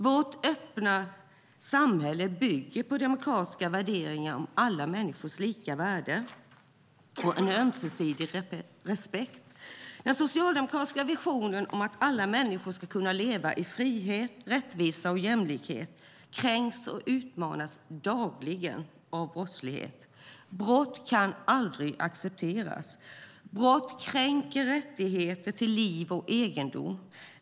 Vårt öppna samhälle bygger på demokratiska värderingar om alla människors lika värde och en ömsesidig respekt. Den socialdemokratiska visionen att alla människor ska kunna leva i frihet, rättvisa och jämlikhet kränks och utmanas dagligen av brottslighet. Brott kan aldrig accepteras. Brott kränker rättigheter till liv och egendom.